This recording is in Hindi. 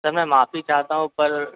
सर मैं माफ़ी चाहता हूँ पर